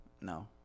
No